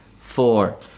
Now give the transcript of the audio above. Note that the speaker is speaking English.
four